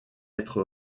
être